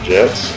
Jets